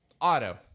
auto